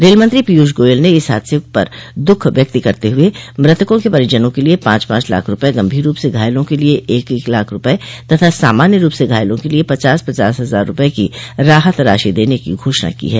rail मंत्री पीयूष गोयल ने इस हादसे पर दुःख व्यक्त करते हुए मृतकों के परिजनों के लिए पाच पांच लाख रूपये गंभीर रूप से घायलों के लिए एक एक लाख रूपये तथा सामान्य रूप से घायलों के लिए पचास पचास हजार रूपये की राहत राशि देन की घोषणा की है